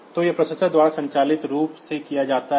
तो यह प्रोसेसर द्वारा स्वचालित रूप से किया जाता है